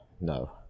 No